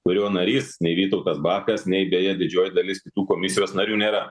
kurio narys nei vytautas bakas nei beje didžioji dalis kitų komisijos narių nėra